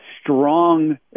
strong